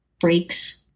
breaks